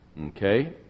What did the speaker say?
Okay